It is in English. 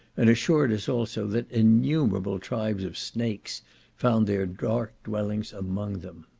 and assured us also that innumerable tribes of snakes found their dark dwellings among them.